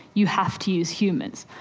you have to use humans.